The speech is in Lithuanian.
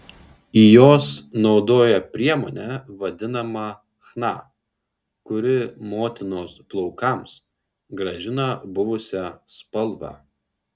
jos naudoja priemonę vadinamą chna kuri motinos plaukams grąžina buvusią spalvą